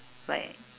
like